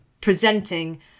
presenting